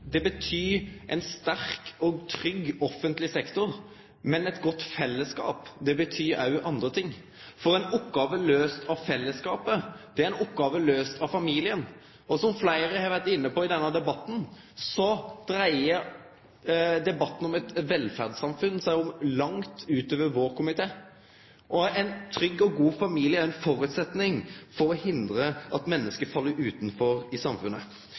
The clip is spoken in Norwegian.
fellesskap betyr ein sterk og trygg offentleg sektor, men eit godt felleskap betyr òg andre ting, for ei oppgåve løyst av fellesskapet er ei oppgåve løyst av familien. Som fleire har vore inne på, går debatten om eit velferdssamfunn langt utover vår komité. Ein trygg og god familie er ein føresetnad for å hindre at menneske fell utanfor i samfunnet.